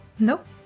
Nope